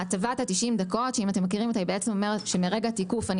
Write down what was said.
הטבת ה-90 דקות אומרת שמרגע תיקוף אני